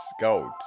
gold